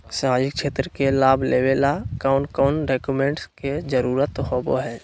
सामाजिक क्षेत्र के लाभ लेबे ला कौन कौन डाक्यूमेंट्स के जरुरत होबो होई?